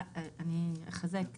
אני אחזק את הדברים.